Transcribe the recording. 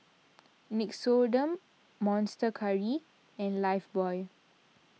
Nixoderm Monster Curry and Lifebuoy